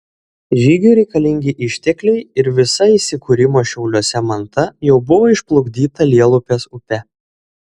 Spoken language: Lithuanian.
žygiui reikalingi ištekliai ir visa įsikūrimo šiauliuose manta jau buvo išplukdyta lielupės upe